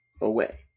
away